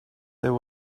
there